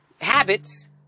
habits